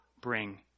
bring